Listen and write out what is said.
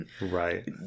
Right